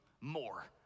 more